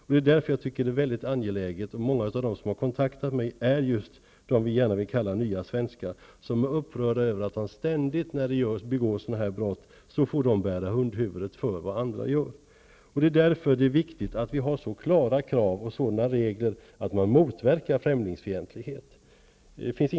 Därför är det mycket angeläget att man kommer till rätta med detta. Många av dem som har kontaktat mig är just nya svenskar, som vi gärna vill kalla dem. De är upprörda över att de, när sådana brott begås, ständigt får bära hundhuvudet för vad andra har gjort. Det är därför som det är viktigt att vi har klara regler och ställer sådana krav att främlingsfientlighet motverkas.